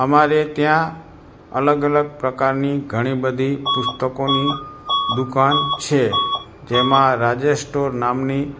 અમારે ત્યાં અલગ અલગ પ્રકારની ઘણી બધી પુસ્તકોની દુકાન છે તેમાં રાજેશ સ્ટોર નામની